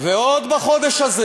ועוד בחודש הזה